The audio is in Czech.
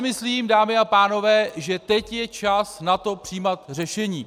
Myslím, dámy a pánové, že teď je čas na to přijímat řešení.